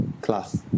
class